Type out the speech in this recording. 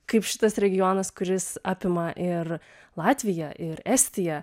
kaip šitas regionas kuris apima ir latviją ir estiją